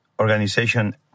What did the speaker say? organization